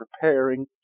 preparing